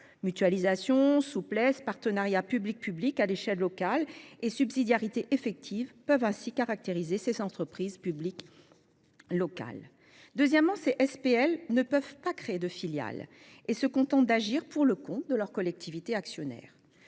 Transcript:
Mutualisation, souplesse, partenariat public-public à l'échelle locale et subsidiarité effective peuvent ainsi caractériser ces entreprises publiques locales (EPL). Deuxièmement, les SPL ne peuvent pas créer de filiale et se contentent d'agir pour le compte de leurs collectivités actionnaires.